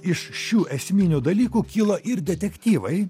iš šių esminių dalykų kilo ir detektyvai